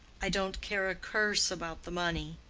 i don't care a curse about the money.